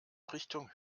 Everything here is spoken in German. richtung